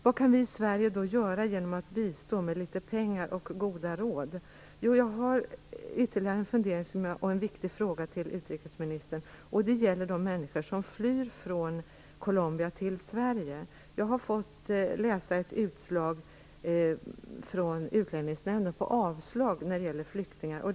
Vad kan vi i Sverige göra annat än att bistå med pengar och litet goda råd? Jag har ytterligare en fundering och en viktig fråga till utrikesministern. Det gäller de människor som flyr från Colombia till Sverige. Jag har fått läsa ett utslag från Utlänningsnämnden om avslag i ett flyktingärende.